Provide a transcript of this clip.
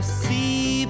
see